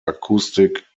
acoustic